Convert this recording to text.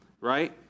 right